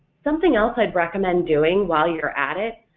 something else i'd recommend doing while you're at it,